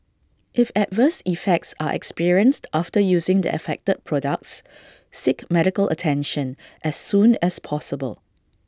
if adverse effects are experienced after using the affected products seek medical attention as soon as possible